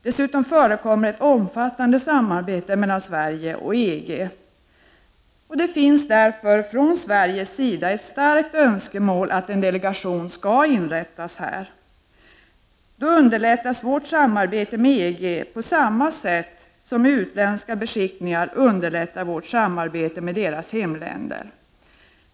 Dessutom förekommer ett omfattande samarbete mellan Sverige och EG. Det finns därför från Sveriges sida ett starkt önskemål om att en delegation skall upprättas här. Då underlättas vårt samarbete med EG på samma sätt som utländska beskickningar underlättar vårt samarbete med deras hemländer.